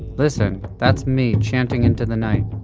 listen, that's me chanting into the night.